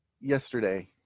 Yesterday